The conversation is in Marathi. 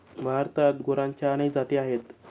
भारतात गुरांच्या अनेक जाती आहेत